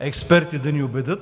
експерти. В